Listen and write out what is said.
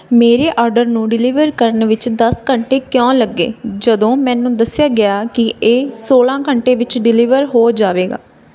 ਮੇਰੇ ਆਰਡਰ ਨੂੰ ਡਿਲੀਵਰ ਕਰਨ ਵਿੱਚ ਦਸ ਘੰਟੇ ਕਿਉਂ ਲੱਗੇ ਜਦੋਂ ਮੈਨੂੰ ਦੱਸਿਆ ਗਿਆ ਕਿ ਇਹ ਸੋਲ੍ਹਾਂ ਘੰਟੇ ਵਿੱਚ ਡਿਲੀਵਰ ਹੋ ਜਾਵੇਗਾ